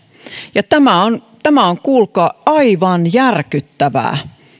ja tämä on tämä on kuulkaa aivan järkyttävää